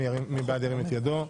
מי בעד, ירים את ידו.